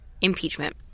impeachment